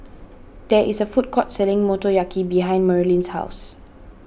there is a food court selling Motoyaki behind Marylyn's house